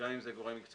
גם אם זה גורם מקצועי,